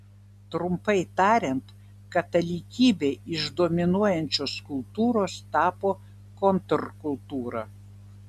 trumpai tariant katalikybė iš dominuojančios kultūros tapo kontrkultūra